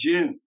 June